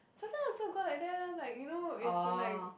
just now I also go like that lah like you know if like